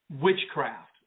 witchcraft